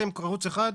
אתם ערוץ אחד,